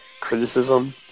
criticism